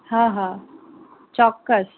હા હા ચોક્કસ